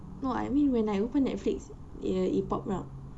no I mean when I open netflix it err pop up